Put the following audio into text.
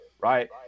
right